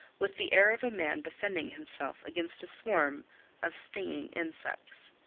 with the air of a man defending himself against a swarm of stinging insects.